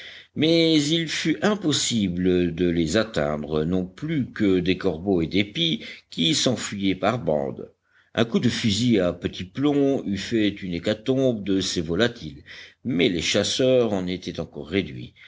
mais il fut impossible de les atteindre non plus que des corbeaux et des pies qui s'enfuyaient par bandes un coup de fusil à petit plomb eût fait une hécatombe de ces volatiles mais les chasseurs en étaient encore réduits